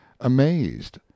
amazed